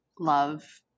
love